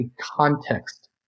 context